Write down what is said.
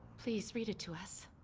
please read it to us.